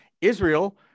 Israel